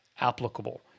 applicable